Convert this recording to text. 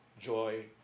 joy